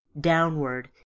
Downward